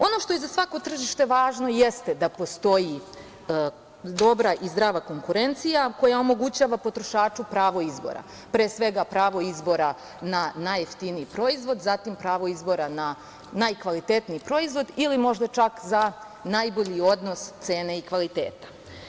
Ono što je za svako tržište važno jeste da postoji dobra i zdrava konkurencija koja omogućava potrošaču pravo izbora, pre svega pravo izbora na najjeftiniji proizvod, zatim pravo izbora na najkvalitetniji proizvod ili možda čak za najbolji odnos cene i kvaliteta.